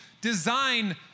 design